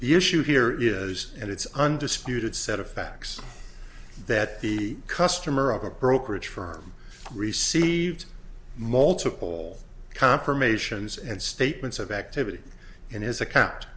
issue here is and it's undisputed set of facts that the customer of a brokerage firm received multiple confirmations and statements of activity in his a